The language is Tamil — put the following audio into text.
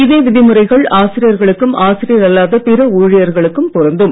இதே விதிமுறைகள் ஆசிரியர்களுக்கும் ஆசிரியர் அல்லாத பிற ஊழியர்களுக்கும் பொருந்தும்